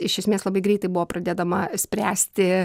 iš esmės labai greitai buvo pradedama spręsti